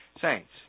Saints